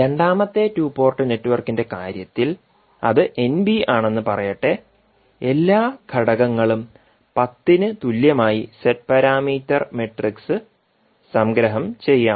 രണ്ടാമത്തെ two port നെറ്റ്വർക്കിന്റെ കാര്യത്തിൽ അത് എൻബി ആണെന്ന് പറയട്ടെ എല്ലാ ഘടകങ്ങളും 10 ന് തുല്യമായി ഇസഡ് പാരാമീറ്റർ മാട്രിക്സ് സംഗ്രഹം ചെയ്യാം